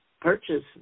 purchase